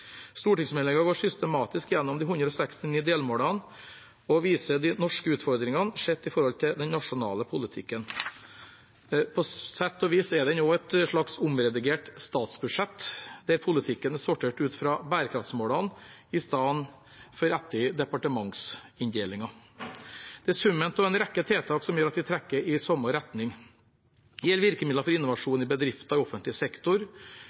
systematisk gjennom de 169 delmålene og viser de norske utfordringene sett i forhold til den nasjonale politikken. På sett og vis er den også et slags omredigert statsbudsjett der politikken er sortert ut fra bærekraftsmålene i stedet for etter departementsinndelingen. Det er summen av en rekke tiltak som gjør at vi trekker i samme retning. Det gjelder virkemidler for innovasjon i bedrifter og offentlig sektor,